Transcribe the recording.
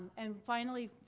and finally,